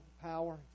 power